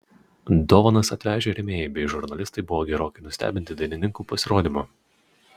dovanas atvežę rėmėjai bei žurnalistai buvo gerokai nustebinti dainininkų pasirodymu